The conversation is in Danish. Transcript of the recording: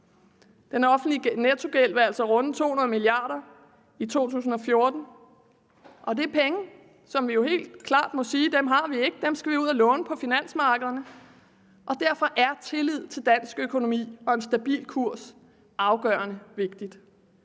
Den offentlige nettogæld vil altså runde 200 mia. kr. i 2014, og det er penge, som vi jo helt klart må sige at vi ikke har. Dem skal vi ud at låne på finansmarkederne, og derfor er tillid til dansk økonomi og en stabil kurs afgørende vigtigt.